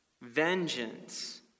Vengeance